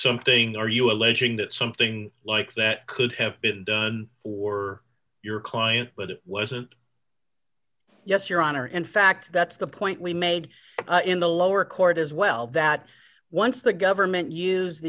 something are you alleging that something like that could have been done for your client but it wasn't yes your honor in fact that's the point we made in the lower court as well that once the government use